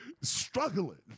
struggling